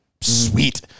Sweet